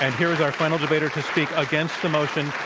and here is our final debater to speak against the motion,